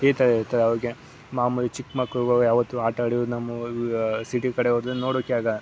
ಈ ಥರ ಇರುತ್ತೆ ಅವ್ರ್ಗೆ ಮಾಮುಲಿ ಚಿಕ್ಕ ಮಕ್ಕಳುಗಳು ಯಾವತ್ತು ಆಟ ಆಡಿರೋದು ನಮ್ಮ ಸಿಟಿ ಕಡೆ ಹೋದ್ರೆ ನೋಡೋಕೆ ಆಗಲ್ಲ